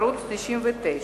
ערוץ-99.